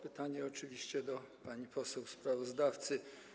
Pytanie oczywiście do pani poseł sprawozdawcy.